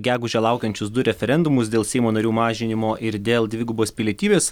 gegužę laukiančius du referendumus dėl seimo narių mažinimo ir dėl dvigubos pilietybės